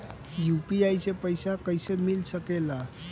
UPI से पइसा कईसे मिल सके ला?